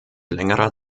längerer